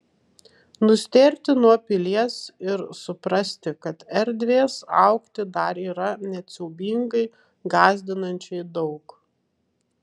nustėrti nuo pilies ir suprasti kad erdvės augti dar yra net siaubingai gąsdinančiai daug